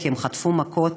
כי הן חטפו מכות,